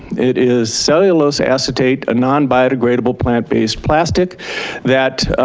it is cellulose acetate, a non-biodegradable, plant based plastic that